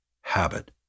habit